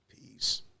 Peace